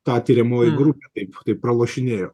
ta tiriamoji grupė taip taip pralošinėjo